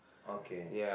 okay